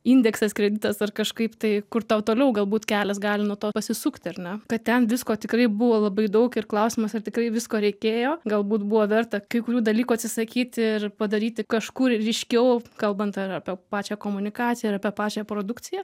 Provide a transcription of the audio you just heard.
indeksas kreditas ar kažkaip tai kur tau toliau galbūt kelias gali nuo to pasisukti ar ne kad ten visko tikrai buvo labai daug ir klausimas ar tikrai visko reikėjo galbūt buvo verta kai kurių dalykų atsisakyti ir padaryti kažkur ryškiau kalbant ar apie pačią komunikaciją ar apie pačią produkciją